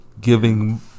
giving